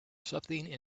something